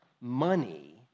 money